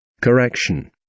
Correction